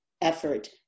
effort